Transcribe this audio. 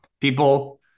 people